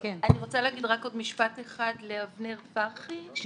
אני רוצה להגיד רק עוד משפט אחד לאבנר פרחי.